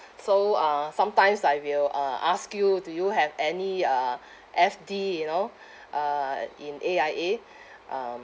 so uh sometimes I will uh ask you do you have any uh F_D you know uh in A_I_A um